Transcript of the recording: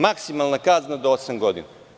Maksimalna kazna do osam godina.